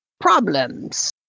problems